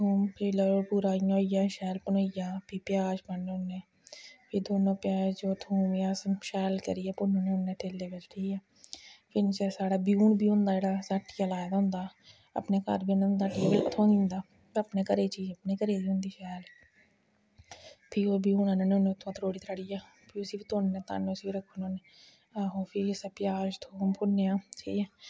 थोम फ्ही पूरा इ'यां होई जा शैल भनोई जा फ्ही प्याज़ पान्ने होन्ने फ्ही प्याज़ होर थोम गी अस शैल करियै भुनन्ने होन्ने तेलै बिच्च ठीक ऐ इन्ने चिर साढ़ा ब्यून बी होंदा जेह्ड़ा असें हट्टिया दा लाए दा होंदा अपने घर बी होंदा हट्टिया दा बी थ्होई जंदा अपने घरै दी चीज़ अपने घरै दी होंदी शैल फ्ही ओह् ब्यून आह्नने होन्ने उत्थां दा त्रोड़ी त्राड़ियै फ्ही उसी बी धोन्ने धान्ने फ्ही उसी रक्खी ओड़ने होन्ने आहो फ्ही असें प्याज़ थोम भुन्नेआ ठीक ऐ